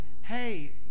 hey